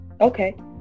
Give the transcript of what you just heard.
Okay